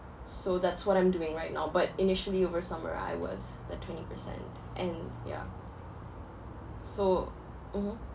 so that's what I'm doing right now but initially over summer I was the twenty percent and yeah so mmhmm